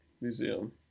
Museum